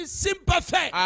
sympathy